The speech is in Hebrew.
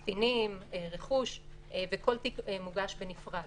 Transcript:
קטינים, רכוש וכל תיק מוגש בנפרד